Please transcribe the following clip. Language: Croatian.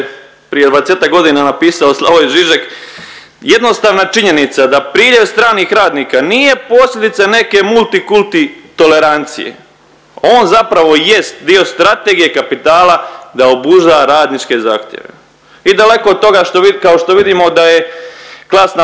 prije 20-ak godine napisao Slavoj Žižek jednostavna činjenica da priljev stranih radnika nije posljedica neke multi kulti tolerancije on zapravo jest dio strategije kapitala da obuzda radničke zahtjeve. I daleko od toga što vi… kao što vidimo da je klasna